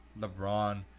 LeBron